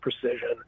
precision